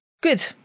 Good